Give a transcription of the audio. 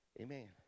Amen